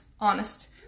honest